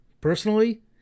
personally